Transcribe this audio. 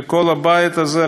של כל הבית הזה,